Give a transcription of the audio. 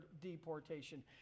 deportation